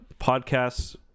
podcasts